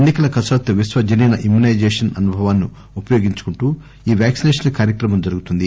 ఎన్నికల కసరత్తు విశ్వజనీన ఇమ్యూనైజేషన్ అనుభవాన్ని ఉపయోగించుకుంటూ ఈ వ్యాక్సినేషన్ కార్యక్రమం జరుగుతుంది